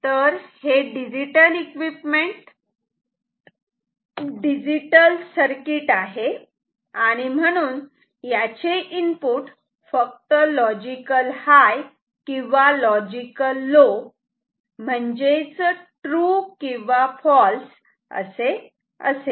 तर हे digital equipment digital circuit आहे आणि म्हणून याचे इनपुट फक्त लॉजिकल हाय किंवा लॉजिकल लो म्हणजेच ट्रू किंवा फॉल्स असे असेल